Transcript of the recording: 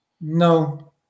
No